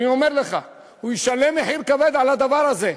אני אומר לך: הוא ישלם מחיר כבד על הדבר הזה.